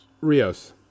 Rios